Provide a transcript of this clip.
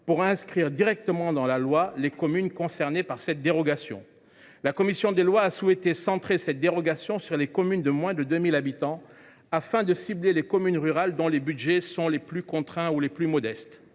pour inscrire directement dans la loi les communes concernées par cette dérogation. La commission des lois a souhaité centrer cette dérogation sur les communes de moins de 2 000 habitants, afin de cibler les communes rurales dont les budgets sont les plus contraints ou les plus modestes.